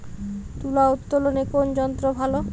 তুলা উত্তোলনে কোন যন্ত্র ভালো?